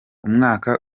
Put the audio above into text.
umwaka